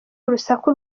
urusaku